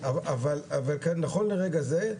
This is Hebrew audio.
אבל נכון לרגע זה,